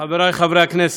חברי חברי הכנסת,